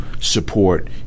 support